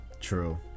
True